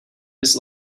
his